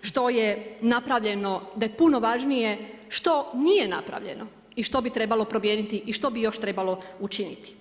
što je napravljeno, da je puno važnije što nije napravljeno i što bi trebalo promijeniti i što bi još trebalo učiniti.